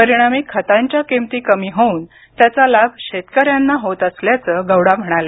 परिणामी खतांच्या किमती कमी होऊन त्याचा लाभ शेतकऱ्यांना होत असंल्याचं गौडा म्हणाले